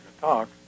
talk